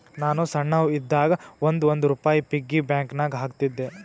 ನಾನು ಸಣ್ಣವ್ ಇದ್ದಾಗ್ ಒಂದ್ ಒಂದ್ ರುಪಾಯಿ ಪಿಗ್ಗಿ ಬ್ಯಾಂಕನಾಗ್ ಹಾಕ್ತಿದ್ದೆ